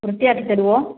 വൃത്തിയാക്കി തരുമോ